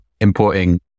importing